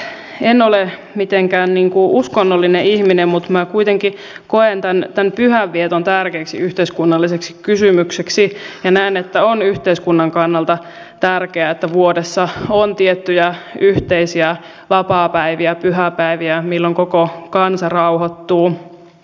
itse en ole mitenkään uskonnollinen ihminen mutta kuitenkin koen tämän pyhän vieton tärkeäksi yhteiskunnalliseksi kysymykseksi ja näen että on yhteiskunnan kannalta tärkeää että vuodessa on tiettyjä yhteisiä vapaapäiviä pyhäpäiviä jolloin koko kansa rauhoittuu